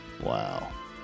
wow